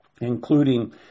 including